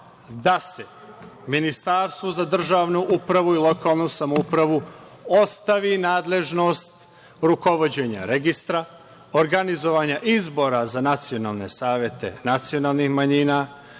da se Ministarstvo za državnu upravu i lokalnu samoupravu ostavi nadležnost rukovođenja registra, organizovanje izbora za nacionalne savete nacionalnih manjina,